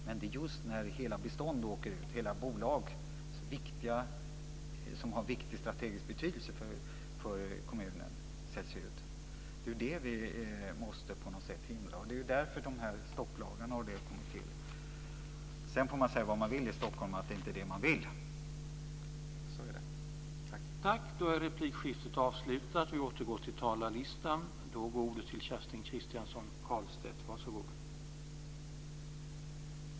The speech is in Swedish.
Men det är just att hela bestånd åker ut, hela bolag som har viktig strategisk betydelse för kommunen, som vi på något sätt måste hindra. Det var därför de här stopplagarna kom till. Sedan får man säga vad man vill i Stockholm. Man säger att det inte är det man vill.